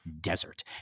desert